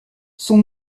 son